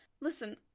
Listen